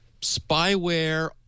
spyware